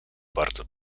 bardzo